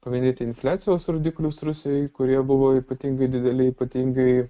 paminėti infliacijos rodiklius rusijoje kurie buvo ypatingai dideli ypatingai